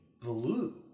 blue